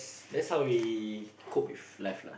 that's how we cope with life lah